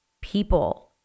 people